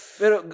pero